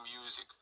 music